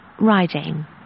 riding